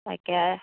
তাকে